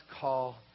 call